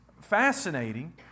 fascinating